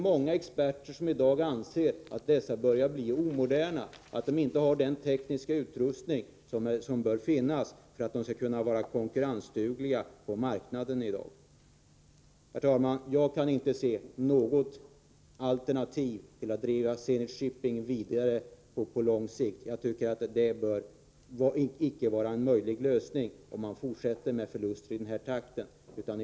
Många experter anser i dag att dessa fartyg börjar bli omoderna och att de inte har den tekniska utrustning som bör finnas för att de skall kunna vara konkurrensdugliga på dagens marknad. Herr talman! Jag kan inte se att det på lång sikt finns någon möjlighet att fortsätta med Zenit Shipping AB. Det är inte möjligt, om det uppstår förluster i den takt som varit vanlig den senaste tiden.